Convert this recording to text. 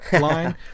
line